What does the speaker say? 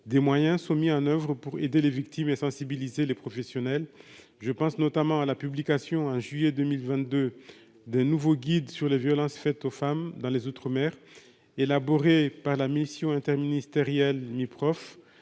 des moyens soient mis en oeuvre pour aider les victimes et sensibiliser les professionnels, je pense notamment à la publication, en juillet 2022 de nouveaux guides sur les violences faites aux femmes dans les Outre-mer élaboré par la Mission interministérielle Miprof